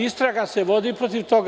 Istraga se vodi protiv toga.